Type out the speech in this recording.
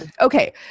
Okay